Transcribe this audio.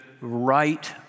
right